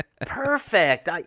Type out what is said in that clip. Perfect